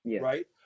right